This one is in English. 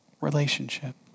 Relationship